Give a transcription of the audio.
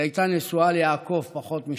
שהייתה נשואה ליעקב פחות משנתיים.